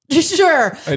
Sure